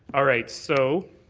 all right. so